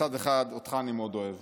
מצד אחד, אותך אני מאוד אוהב